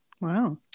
Wow